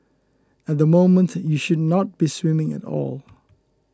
at the moment you should not be swimming at all